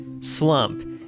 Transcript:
slump